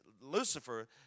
Lucifer